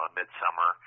midsummer